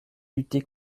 lutter